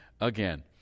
again